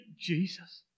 Jesus